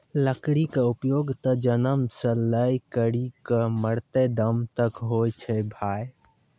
लकड़ी के उपयोग त जन्म सॅ लै करिकॅ मरते दम तक पर होय छै भाय